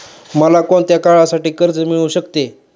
मला कोणत्या काळासाठी कर्ज मिळू शकते?